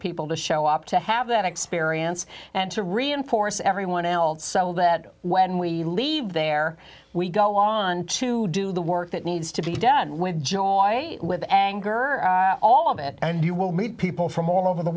people to show up to have that experience and to reinforce everyone else so that when we leave there we go on to do the work that needs to be done with joy with anger all of it and you will meet people from all over the